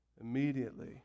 Immediately